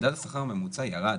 מדד השכר הממוצע ירד